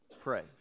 pray